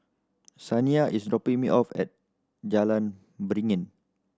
Saniyah is dropping me off at Jalan Beringin